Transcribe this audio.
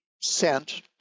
sent